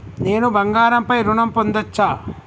నేను బంగారం పై ఋణం పొందచ్చా?